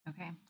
Okay